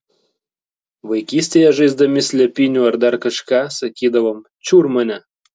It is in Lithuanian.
vaikystėje žaisdami slėpynių ar dar kažką sakydavom čiur mane